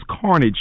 carnage